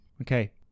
Okay